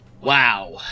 Wow